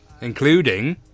Including